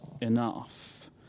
enough